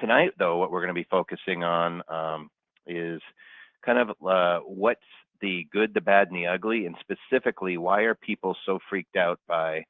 tonight, though, what we're going to be focusing on is kind of what's the good, the bad, and yeah ugly. and specifically, why are people so freaked out by